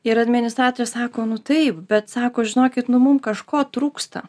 ir administratorė sako nu taip bet sako žinokit nu mum kažko trūksta